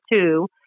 two